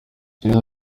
serena